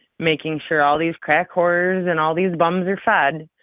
making sure all these crack whores and all these bums are fed,